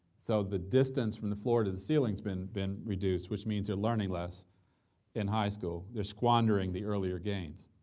so the distance from the floor to the ceiling's been been reduced, which means you're learning less in high school. they're squandering the earlier gains,